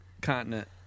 continent